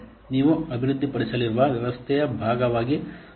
ನೀವು ಅಭಿವೃದ್ಧಿಪಡಿಸಲಿರುವ ವ್ಯವಸ್ಥೆಯ ಭಾಗವಾಗಿ ಅವುಗಳನ್ನು ಎಣಿಸಲಾಗುತ್ತದೆಯೇ